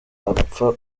apfa